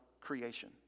creation